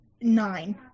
nine